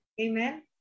Amen